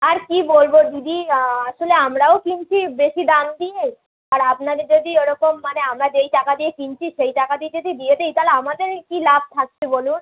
আর কি বলব দিদি আসলে আমরাও কিনছি বেশি দাম দিয়ে আর আপনাদের যদি ওরকম মানে আমরা যেই টাকা দিয়ে কিনছি সেই টাকা দিয়ে যদি দিয়ে দেই তালে আমাদের কী লাভ থাকছে বলুন